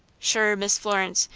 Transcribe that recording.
shure, miss florence,